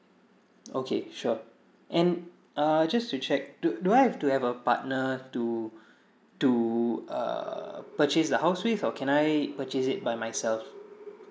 okay sure and ah just to check do do I have to have a partner to to err purchase the house with or can I purchase it by myself